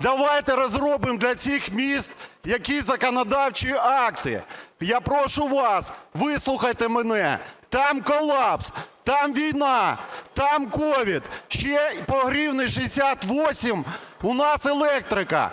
Давайте розробимо для цих міст якісь законодавчі акти. Я прошу вас, вислухайте мене: там колапс, там війна, там COVID, ще й по 1 гривні 68 у нас електрика.